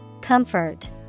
Comfort